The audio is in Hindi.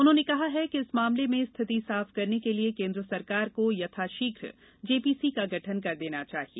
उन्होंने कहा है कि इस मामले में स्थिति साफ करने के लिए केन्द्र सरकार को यथाशीघ्र जेपीसी का गठन कर देना चाहिए